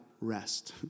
rest